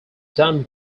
done